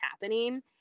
happening